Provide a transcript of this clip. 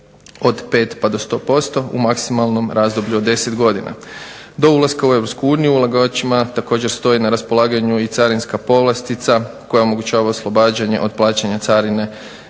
od 5 pa do 100% u maksimalnom razdoblju od 10 godina. Do ulaska u Europsku u uniju ulagačima također stoji na raspolaganju carinska povlastica koja omogućava oslobađanje od plaćanje carine